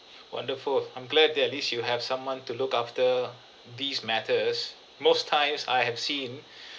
wonderful I'm glad that at least you have someone to look after these matters most times I have seen